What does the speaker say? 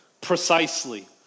precisely